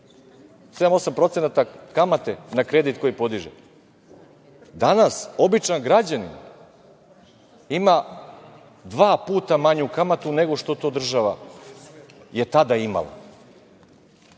7-8% kamate na kredit koji podiže. Danas običan građanin ima dva puta manju kamatu nego što je država tada imala.